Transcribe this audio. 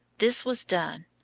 this was done,